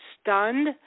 stunned